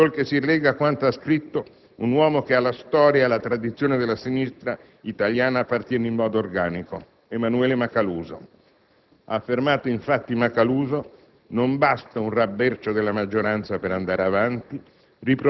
sol che si rilegga quanto ha scritto un uomo che alla storia e alla tradizione della sinistra italiana appartiene in modo organico: Emanuele Macaluso. Ha affermato, infatti, Macaluso: «Non basta un rabbercio nella maggioranza per andare avanti.